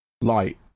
light